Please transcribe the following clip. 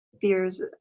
fears